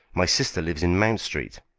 my sister lives in mount street.